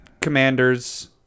commanders